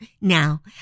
now